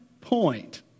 point